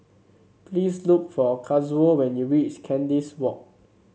please look for Kazuo when you reach Kandis Walk